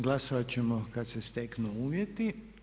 Glasovat ćemo kad se steknu uvjeti.